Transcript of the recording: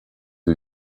you